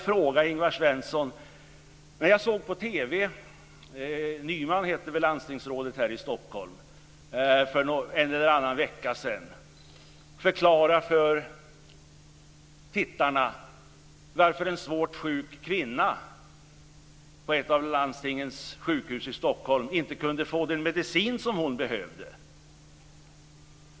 För någon vecka sedan såg jag Kristdemokraternas landstingsråd Nyman i TV förklara för tittarna varför en svårt sjuk kvinna på ett av landstingens sjukhus i Stockholm inte kunde få den medicin som hon behövde.